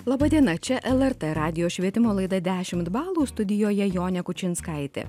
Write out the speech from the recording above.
laba diena čia lrt radijo švietimo laida dešimt balų studijoje jonė kučinskaitė